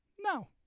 no